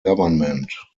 government